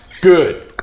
good